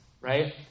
right